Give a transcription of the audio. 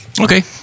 Okay